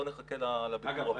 בוא נחכה לביקור הבא --- אגב,